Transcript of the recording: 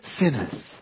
sinners